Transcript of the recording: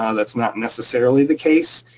um that's not necessarily the case.